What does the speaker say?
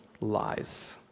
lies